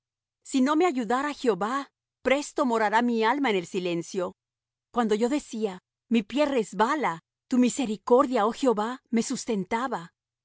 si no me ayudara jehová presto morara mi alma en el silencio cuando yo decía mi pie resbala tu misericordia oh jehová me sustentaba en